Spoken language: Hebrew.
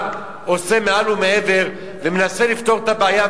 עושה מעל ומעבר ומנסה לפתור את הבעיה.